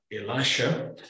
elisha